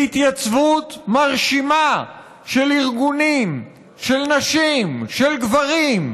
בהתייצבות מרשימה של ארגונים, של נשים, של גברים,